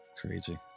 crazy